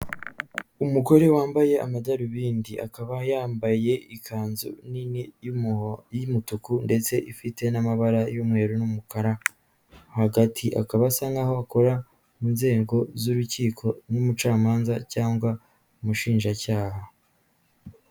Umugore wambaye amadarubindi, akaba yambaye ikanzu nini y'umuho, y'umutuku ndetse ifite n'amabara y'umweru n'umukara, hagati akaba asa nkaho akora mu nzego z'urukiko n'umucamanza cyangwa umushinjacyaha.